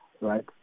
right